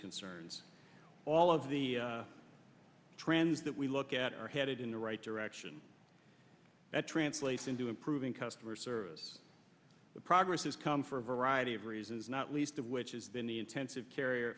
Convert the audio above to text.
concerns all of the trends that we look at are headed in the right direction that translates into improving customer service the progress has come for a variety of reasons not least of which is been the intensive carrier